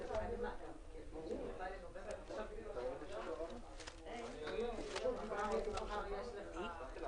הישיבה ננעלה בשעה 10:18.